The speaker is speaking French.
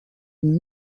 une